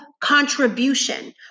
contribution